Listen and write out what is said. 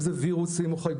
אם זה וירוסים או חיידקים,